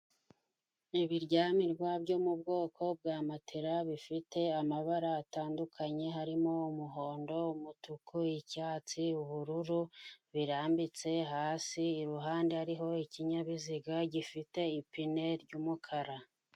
Ibiryamirwa byo mu bwoko bwa matela bifite amabara atandukanye harimo umuhondo, umutuku, icyatsi, ubururu, birambitse hasi iruhande hariho ikinyabiziga gifite ipine ry'umukara.